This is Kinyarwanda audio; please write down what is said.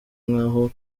nk’aho